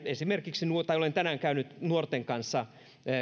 esimerkiksi olen tänään käynyt nuorten kanssa